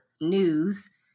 news